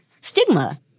stigma